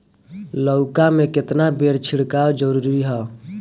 लउका में केतना बेर छिड़काव जरूरी ह?